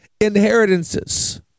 inheritances